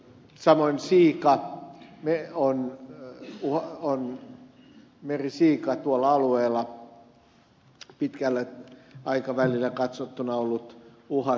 samoin merisiika on tuolla alueella pitkällä aikavälillä katsottuna ollut uhattuna